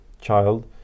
child